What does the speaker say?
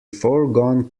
foregone